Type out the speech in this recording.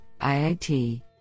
IIT